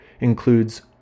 includes